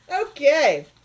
Okay